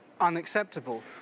unacceptable